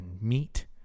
meat